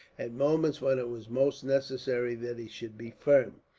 at moments when it was most necessary that he should be firm.